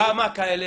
כמה כאלה